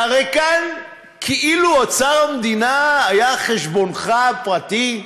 והרי כאן, כאילו אוצר המדינה היה חשבונך הפרטי?